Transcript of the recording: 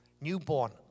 newborn